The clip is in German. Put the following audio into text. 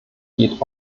geht